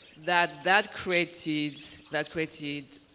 that that created that created